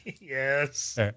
Yes